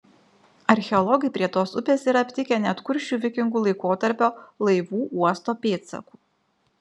archeologai prie tos upės yra aptikę net kuršių vikingų laikotarpio laivų uosto pėdsakų